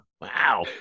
Wow